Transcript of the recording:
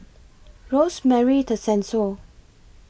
Rosemary Tessensohn